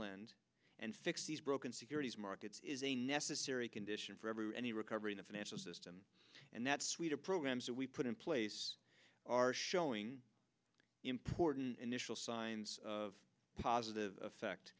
lend and fix these broken securities markets is a necessary condition for every any recovery in the financial system and that suite of programs that we put in place are showing important initial signs of positive effect